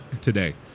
today